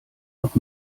noch